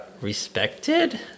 respected